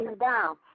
down